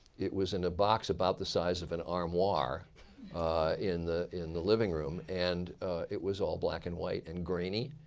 it was in a box about the size of an armoire in the in the living room. and it was all black and white and grainy.